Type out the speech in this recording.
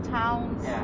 towns